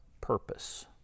purpose